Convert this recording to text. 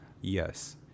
Yes